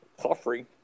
suffering